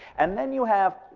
and then you have,